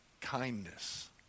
kindness